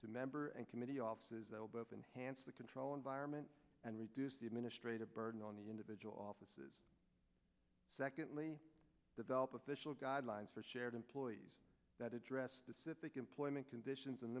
to member and committee offices they will both enhance the control environment and reduce the administrative burden on the individual offices secondly develop official guidelines for shared employees that address specific employment conditions and